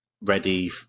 Ready